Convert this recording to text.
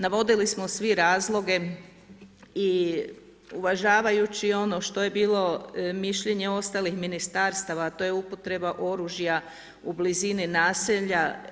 Navodili smo svi razloge i uvažavajući i ono što je bilo mišljenje ostalih ministarstava a to je upotreba oružja u blizini naselja.